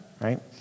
right